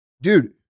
Dude